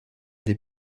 des